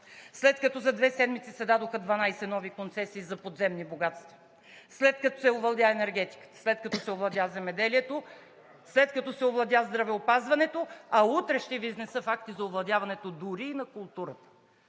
след като за две седмици се дадоха 12 нови концесии за подземни богатства, след като се овладя енергетиката, след като се овладя земеделието, след като се овладя здравеопазването, а утре ще Ви изнеса факти за овладяването дори и на културата